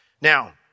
Now